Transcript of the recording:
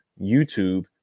YouTube